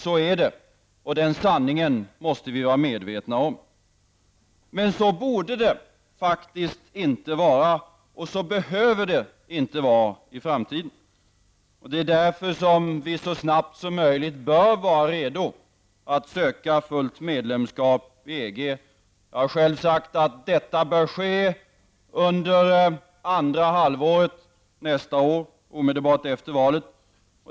Så är det, och den sanningen måste vi vara medvetna om. Men så borde det faktiskt inte vara, och så behöver det inte vara i framtiden. Det är därför vi så snabbt som möjligt bör vara redo att söka fullt medlemskap i EG. Jag har själv sagt att detta bör ske under andra halvåret nästa år, omedelbart efter valet.